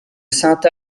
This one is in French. sainte